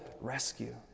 rescue